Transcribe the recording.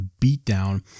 beatdown